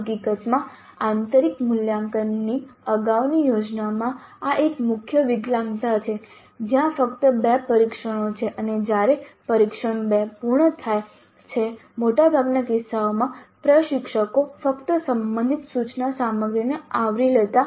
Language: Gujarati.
હકીકતમાં આંતરિક મૂલ્યાંકનની અગાઉની યોજનામાં આ એક મુખ્ય વિકલાંગતા હતી જ્યાં ફક્ત 2 પરીક્ષણો છે અને જ્યારે પરીક્ષણ 2 પૂર્ણ થાય છે મોટાભાગના કિસ્સાઓમાં પ્રશિક્ષકો ફક્ત સંબંધિત સૂચના સામગ્રીને આવરી લેતા